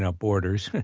ah borders.